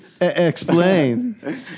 explain